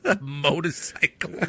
Motorcycle